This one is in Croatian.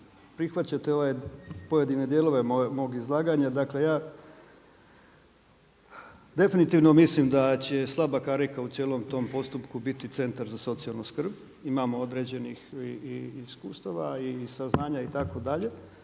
prihvaćate ove pojedine dijelove mog izlaganja. Dakle, ja definitivno mislim da će slaba karika u cijelom tom postupku biti Centar za socijalnu skrb. Imamo određenih i iskustava i saznanja itd. Dakle,